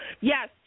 Yes